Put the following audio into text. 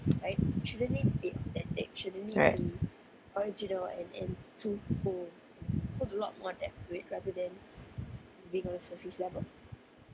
right